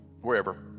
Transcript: wherever